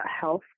health